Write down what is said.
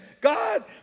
God